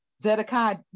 Zedekiah